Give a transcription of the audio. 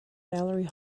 valerie